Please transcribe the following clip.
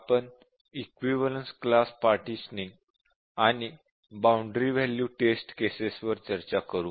आपण equivalence class partitioning आणि boundary value test cases वर चर्चा करू